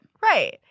Right